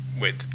Wait